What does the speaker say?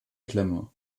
klemme